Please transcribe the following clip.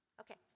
Okay